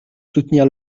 soutenir